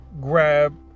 grab